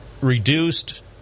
reduced